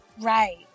Right